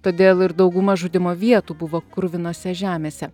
todėl ir dauguma žudymo vietų buvo kruvinose žemėse